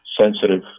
sensitive